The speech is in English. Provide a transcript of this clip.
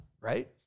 right